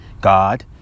God